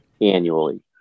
annually